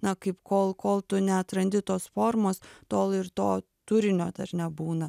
na kaip kol kol tu neatrandi tos formos tol ir to turinio nebūna